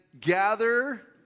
gather